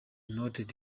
noted